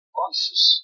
conscious